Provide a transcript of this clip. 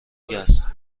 است